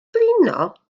blino